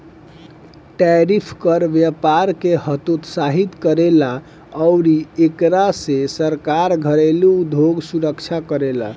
tariff कर व्यपार के हतोत्साहित करेला अउरी एकरा से सरकार घरेलु उधोग सुरक्षा करेला